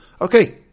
Okay